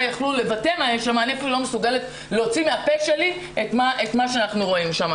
יכלו לבטא כי אני לא מסוגלת להוציא מהפה שלי את מה שאנחנו רואים שם.